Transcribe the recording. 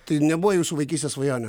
tai nebuvo jūsų vaikystės svajonė